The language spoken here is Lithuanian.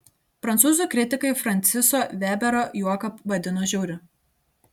prancūzų kritikai franciso vebero juoką vadino žiauriu